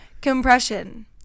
Compression